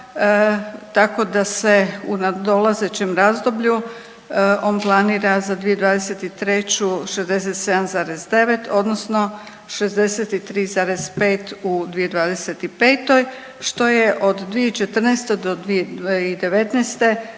tako da se u nadolazećem razdoblju on planira za 2023. 67,9 odnosno 63,5 u 2025. što je od 2014. do 2019.